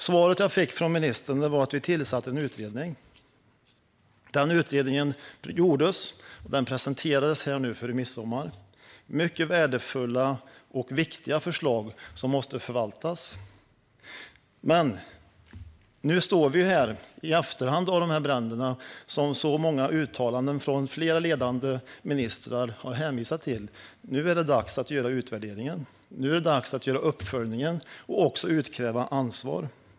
Svaret jag fick från ministern var att man tillsatt en utredning. Den utredningen gjordes. Den presenterades före midsommar. Det är mycket värdefulla och viktiga förslag som måste förvaltas. Men nu står vi här efter dessa bränder som flera ledande ministrar har hänvisat till. Nu är det dags att göra utvärderingen. Nu är det dags att göra uppföljningen och också att utkräva ansvar.